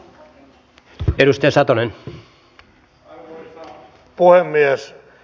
arvoisa puhemies